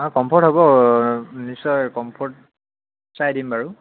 অঁ কমফৰ্ট হ'ব নিশ্চয় কমফৰ্ট চাই দিম বাৰু